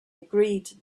agreed